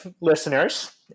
listeners